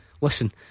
Listen